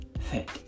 fit